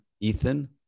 ethan